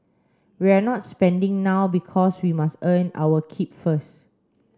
we're not spending now because we must earn our keep first